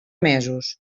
mesos